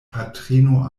patrina